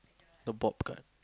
the bob cut